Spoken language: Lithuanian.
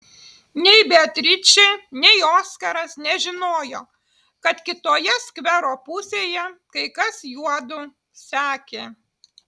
nei beatričė nei oskaras nežinojo kad kitoje skvero pusėje kai kas juodu sekė